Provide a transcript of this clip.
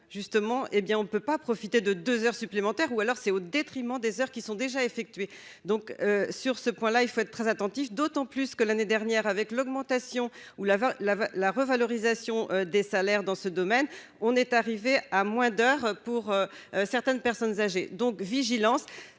justement, hé bien on ne peut pas profiter de deux, heures supplémentaires, ou alors c'est au détriment des heures qui sont déjà effectués, donc, sur ce point là, il faut être très attentif, d'autant plus que l'année dernière avec l'augmentation hou la la la, revalorisation des salaires dans ce domaine, on est arrivé à moins d'heures pour certaines personnes âgées donc vigilance,